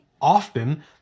often